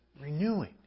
renewing